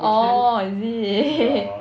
orh is it